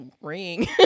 ring